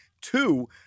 Two